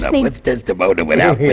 what's desdemona without